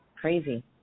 Crazy